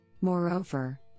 Moreover